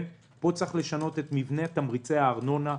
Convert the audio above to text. פה צריך לשנות את מבנה תמריצי הארנונה,